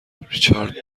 ریچارد